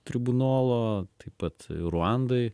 tribunolo taip pat ruandai